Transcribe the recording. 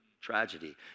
Tragedy